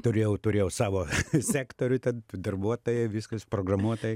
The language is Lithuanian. turėjau turėjau savo sektorių ten darbuotojai viskas programuotojai